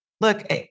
look